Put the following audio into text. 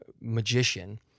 magician